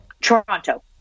Toronto